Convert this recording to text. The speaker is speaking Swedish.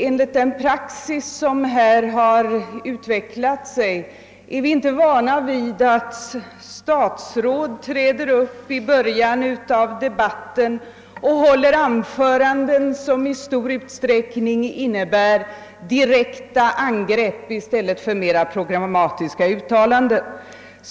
Enligt den praxis som här har utvecklat sig är vi inte vana vid att statsråd träder upp i början av en debatt och håller anföranden, som i stor utsträckning innebär direkta angrepp i stället för mera programmatiska uttalanden.